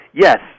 yes